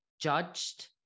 judged